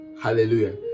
hallelujah